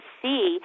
see